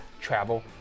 travel